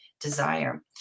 desire